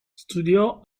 studiò